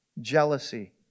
jealousy